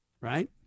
Right